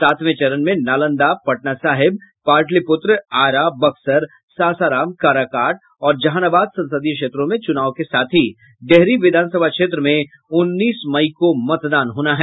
सातवें चरण में नालंदा पटना साहिब पाटलिपुत्र आरा बक्सर सासाराम काराकाट और जहानाबाद संसदीय क्षेत्रों में चुनाव के साथ ही डेहरी विधानसभा क्षेत्र में उन्नीस मई को मतदान होना है